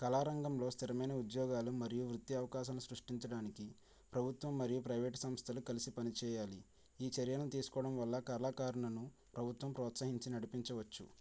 కళా రంగంలో స్థిరమైన ఉద్యోగాలు మరియు వృత్తి అవకాశాలు సృష్టించడానికి ప్రభుత్వం మరియు ప్రైవేటు సంస్థలు కలిసి పనిచేయాలి ఈ చర్యను తీసుకోవడం వల్ల కళాకారులను ప్రభుత్వం ప్రోత్సహించి నడిపించవచ్చు